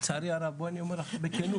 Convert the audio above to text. לצערי הרב, אני אומר בכנות.